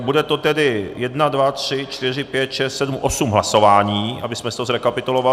Bude to tedy jedna, dva, tři, čtyři, pět, šest, sedm, osm, hlasování, abychom si to zrekapitulovali.